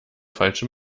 falsche